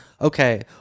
Okay